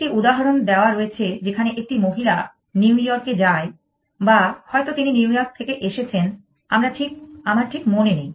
একটি উদাহরণ দেওয়া রয়েছে যেখানে একটি মহিলা নিউ ইয়র্কে যায় বা হয়তো তিনি নিউ ইয়র্ক থেকে এসেছেন আমার ঠিক মনে নেই